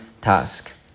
task